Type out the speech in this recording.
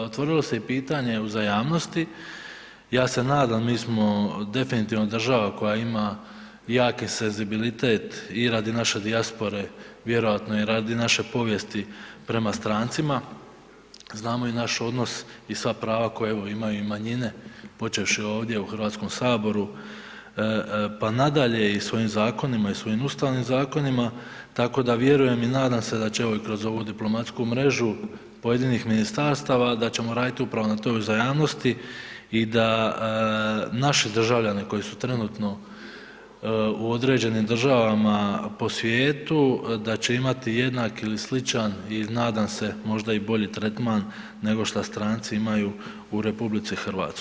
Otvorilo se i pitanje uzajamnosti, ja se nadam, mi smo definitivno država koja ima jaki senzibilitet i radi naše dijaspore vjerovatno i radi naše povijesti prema strancima, znamo i naš odnos i sva prava koja evo imaju i manjine počevši ovdje u Hrvatskom saboru pa nadalje i svojim zakonima i svojim ustavnim zakonima, tako da vjerujem i nadam se ćemo evo i kroz ovu diplomatsku mrežu pojedinih ministarstava, da ćemo raditi upravo na toj uzajamnosti i da naši državljani koji su trenutno u određenim državama po svijetu, da će imati jednaki ili sličan i nadam se možda i bolji tretman nego šta stranci imaju u RH.